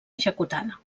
executada